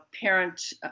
parent